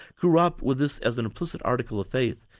grew up with this as an implicit article of faith,